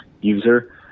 user